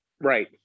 Right